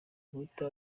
guhita